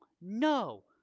No